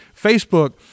Facebook